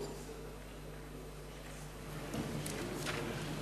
ההצעה